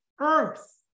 earth